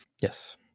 yes